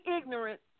ignorant